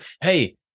hey